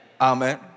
Amen